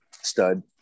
Stud